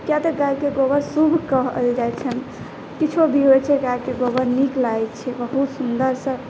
किआक तऽ गायके गोबर शुभ कहल जाइत छनि किछो भी होइत छै गाएके गोबर नीक लागैत छै बहुत सुन्दरसँ